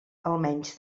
almenys